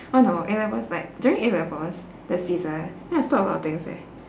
oh no A levels like during A levels the season then I stop a lot of things leh